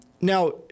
Now